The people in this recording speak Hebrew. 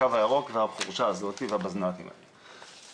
הקו הירוק והחורשה הזאת והבזנ"טים האלה.